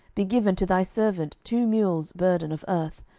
be given to thy servant two mules' burden of earth?